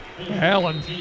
Allen